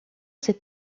ces